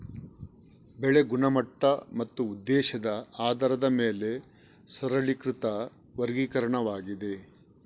ಬೆಳೆ ಗುಣಮಟ್ಟ ಮತ್ತು ಉದ್ದೇಶದ ಆಧಾರದ ಮೇಲೆ ಸರಳೀಕೃತ ವರ್ಗೀಕರಣವಾಗಿದೆ